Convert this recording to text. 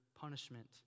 punishment